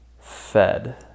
Fed